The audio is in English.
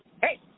hey